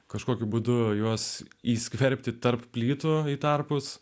kažkokiu būdu juos įsiskverbti tarp plytų tarpus